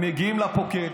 הם מגיעים לפוקד,